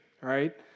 right